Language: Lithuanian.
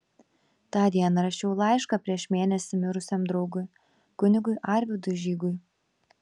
tą dieną rašiau laišką prieš mėnesį mirusiam draugui kunigui arvydui žygui